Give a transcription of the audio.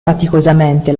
faticosamente